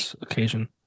occasion